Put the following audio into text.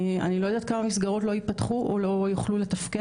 אני לא יודעת כמה מסגרות לא ייפתחו או לא יוכלו לתפקד.